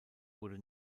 wurde